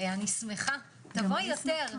אני שמחה תבואי יותר.